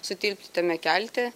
sutilpti tame kelte